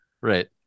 Right